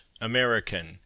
American